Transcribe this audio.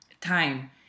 time